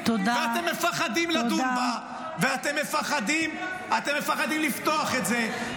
ואתם מפחדים לדון בה ------- ואתם מפחדים לפתוח את זה.